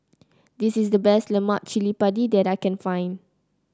this is the best Lemak Cili Padi that I can find